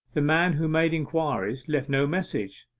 the man who made inquiries left no message.